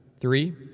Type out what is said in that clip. Three